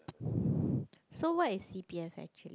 so what is c_p_f actually